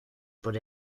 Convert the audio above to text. por